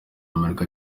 amerika